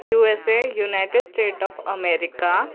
USA united state of America